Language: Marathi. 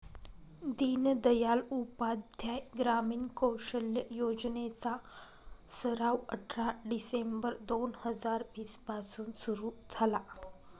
दीनदयाल उपाध्याय ग्रामीण कौशल्य योजने चा सराव अठरा डिसेंबर दोन हजार वीस पासून सुरू झाला